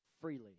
freely